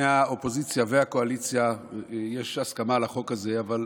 באופוזיציה ובקואליציה יש הסכמה על החוק הזה, אבל